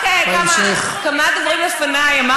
רק כמה דוברים לפניי אמר,